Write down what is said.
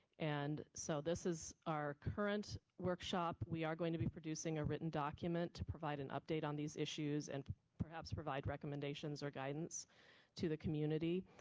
and so this is our current workshop, we are going to be producing a written document to provide an update on these issues and perhaps provide recommendations or guidance to the community,